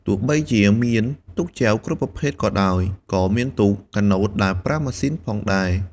ទោះបីជាមានទូកចែវគ្រប់ប្រភេទក៏ដោយ ក៏មានទូកកាណូតដែលប្រើម៉ាស៊ីនផងដែរ។